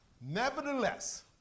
Nevertheless